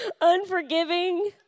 unforgiving